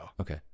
Okay